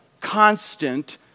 constant